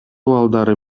балдары